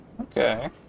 Okay